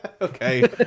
Okay